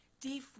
deflate